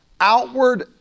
outward